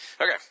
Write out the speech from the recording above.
okay